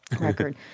record